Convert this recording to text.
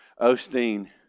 Osteen